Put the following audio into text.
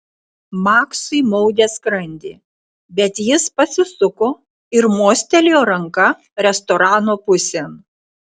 maksui maudė skrandį bet jis pasisuko ir mostelėjo ranka restorano pusėn